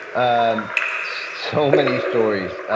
um so many stories.